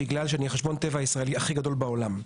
בגלל שאני החשבון טבע הישראלי הכי גדול בעולם.